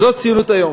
זאת ציונות היום.